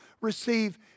receive